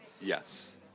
Yes